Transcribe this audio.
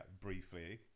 briefly